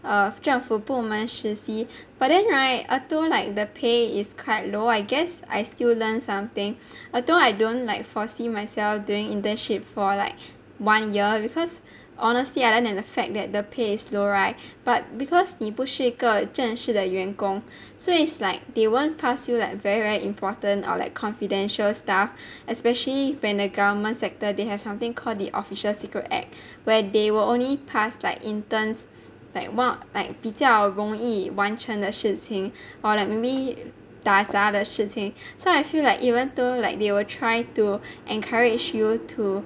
呃政府部门实习 but then [right] although like the pay is quite low I guess I still learn something although I don't like foresee myself doing internship for like one year because honestly other than the fact that the pay is low [right] but because 你不是一个正式的员工 so it's like they won't pass you like very very important or like confidential stuff especially when the government sector they have something called the official secret act where they will only pass like interns like what like 比较容易完成的事情 or like maybe 打杂的事情 so I feel like even though like they will try to encourage you to